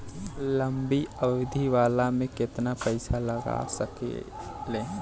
लंबी अवधि वाला में केतना पइसा लगा सकिले?